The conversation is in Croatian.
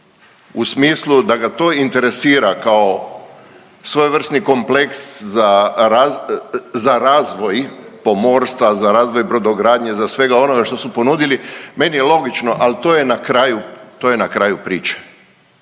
u smislu da ga to interesira kao svojevrsni kompleks za razvoj pomorstva za razvoj brodogradnje za svega onoga što su ponudili, meni je logično al to je na kraju, to je